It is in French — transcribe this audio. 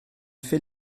fait